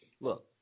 Look